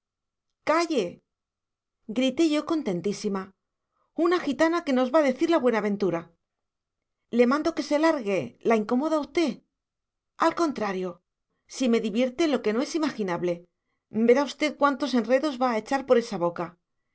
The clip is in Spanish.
calle grité yo contentísima una gitana que nos va a decir la buenaventura le mando que se largue la incomoda a usted al contrario si me divierte lo que no es imaginable verá usted cuántos enredos va a echar por esa boca